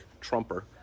Trumper